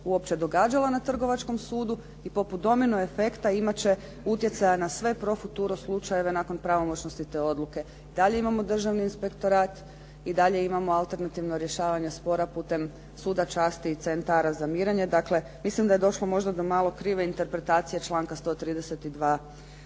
uopće događala na Trgovačkom sudu i poput domino efekta imat će utjecaja na sve pro futuro slučajeve nakon pravomoćnosti te odluke. Dalje imamo Državni inspektorat i dalje imamo alternativno rješavanje spora putem suda časti i centara za mirenje. Mislim da je došlo možda do malo krive interpretacije članka 132.c.